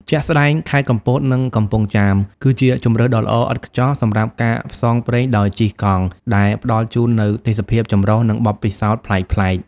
ជាក់ស្ដែង ខេត្ត កំពត និង កំពង់ចាម គឺជាជម្រើសដ៏ល្អឥតខ្ចោះសម្រាប់ការផ្សងព្រេងដោយជិះកង់ ដែលផ្តល់ជូននូវទេសភាពចម្រុះ និងបទពិសោធន៍ប្លែកៗ។